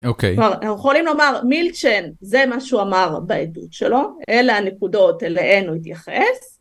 אוקיי, יכולים לומר מילצ'ן, זה מה שהוא אמר בעדות שלו, אלה הנקודות אליהן הוא התייחס.